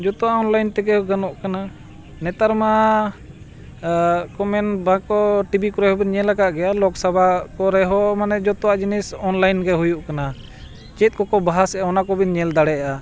ᱡᱚᱛᱚᱣᱟᱜ ᱚᱱᱞᱟᱭᱤᱱ ᱛᱮᱜᱮ ᱜᱟᱱᱚᱜ ᱠᱟᱱᱟ ᱱᱮᱛᱟᱨ ᱢᱟ ᱠᱚ ᱢᱮᱱ ᱵᱟᱠᱚ ᱴᱤᱵᱷᱤ ᱠᱚᱨᱮ ᱦᱚᱸᱵᱮᱱ ᱧᱮᱞ ᱟᱠᱟᱫ ᱜᱮᱭᱟ ᱞᱳᱠ ᱥᱚᱵᱷᱟ ᱠᱚᱨᱮ ᱦᱚᱸ ᱢᱟᱱᱮ ᱡᱚᱛᱚᱣᱟᱜ ᱡᱤᱱᱤᱥ ᱚᱱᱞᱟᱭᱤᱱ ᱜᱮ ᱦᱩᱭᱩᱜ ᱠᱟᱱᱟ ᱪᱮᱫ ᱠᱚᱠᱚ ᱵᱟᱦᱟ ᱥᱮᱫ ᱚᱱᱟ ᱠᱚᱵᱮᱱ ᱧᱮᱞ ᱫᱟᱲᱮᱭᱟᱜᱼᱟ